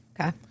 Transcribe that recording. Okay